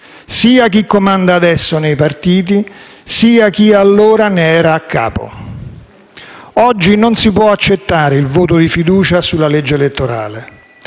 sia chi comanda adesso nei partiti, sia chi allora ne era a capo. Oggi non si può accettare il voto di fiducia sulla legge elettorale.